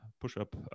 push-up